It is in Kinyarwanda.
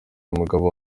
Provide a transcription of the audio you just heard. mugabo